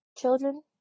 children